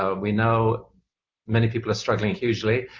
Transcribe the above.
ah we know many people are struggling hugely.